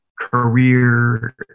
career